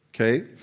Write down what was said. Okay